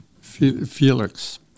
Felix